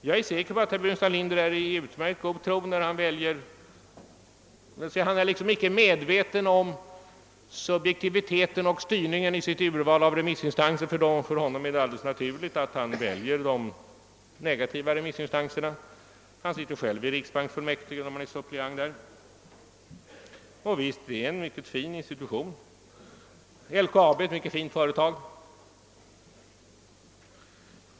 Han är säkert i utmärkt god tro och sannolikt inte ens medveten om subjektiviteten och styrningen i sitt urval av remissinstanser. För honom är det alldeles naturligt att han väljer de negativa remissinstanserna. Han sitter själv i riksbanksfullmäktige som suppleant. Detta är en mycket fin institution. LKAB är ett mycket fint företag.